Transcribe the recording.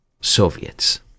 Soviets